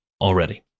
already